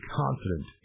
confident